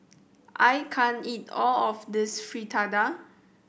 I can't eat all of this Fritada